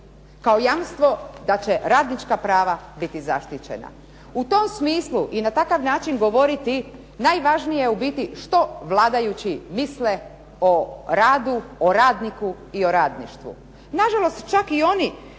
kao jamstvo da će radnička prava biti zaštićena. U tom smislu i na takav način govoriti najvažnije je u biti što vladajući misle o radu, radniku i o radništvu. Nažalost, čak i oni